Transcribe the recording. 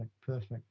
perfect